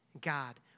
God